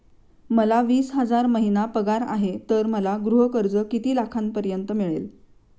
मला वीस हजार महिना पगार आहे तर मला गृह कर्ज किती लाखांपर्यंत मिळेल?